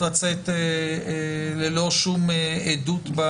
צריך שתהיה לזה עדות?